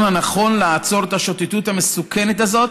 הנכון לעצור את השוטטות המסוכנת הזאת